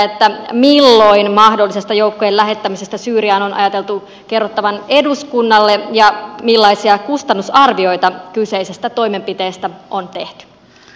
kysynkin ministeriltä milloin mahdollisesta joukkojen lähettämisestä syyriaan on ajateltu kerrottavan eduskunnalle ja millaisia kustannusarvioita kyseisestä toimenpiteestä on tehty